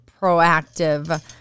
proactive